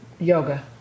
Yoga